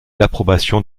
l’approbation